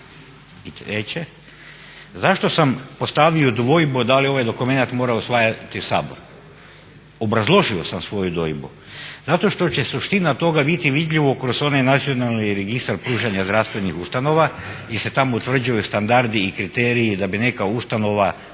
I treće, zašto sam postavio dvojbu da li je ovaj dokumenat morao usvajati Sabor. Obrazložio sam svoju dvojbu. Zato što će suština toga biti vidljivo kroz onaj nacionalni registar pružanja zdravstvenih ustanova, jer se tamo utvrđuju standardi i kriteriji da bi neka ustanova